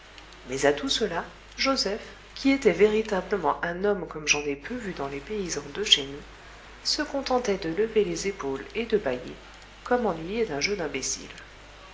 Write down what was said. mais à tout cela joseph qui était véritablement un homme comme j'en ai peu vu dans les paysans de chez nous se contentait de lever les épaules et de bâiller comme ennuyé d'un jeu d'imbéciles